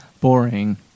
Boring